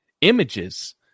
images